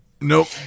Nope